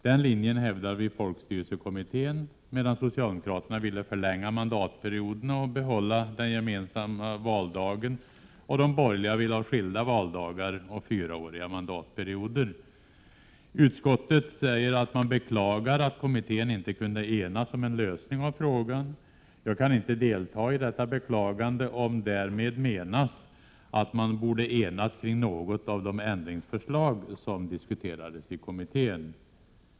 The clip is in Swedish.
Den linjen hävdade vi i folkstyrelsekommittén, medan socialdemokraterna ville förlänga mandatperioden och behålla den gemensamma valdagen och de borgerliga ville ha skilda valdagar och fyraåriga mandatperioder. Utskottet beklagar att kommittén inte kunde enas om en lösning av frågan. Jag kan inte delta i detta beklagande, om därmed menas att man borde enats kring något av de ändringsförslag som diskuterades i kommittén.